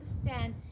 understand